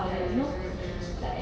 mm mm mm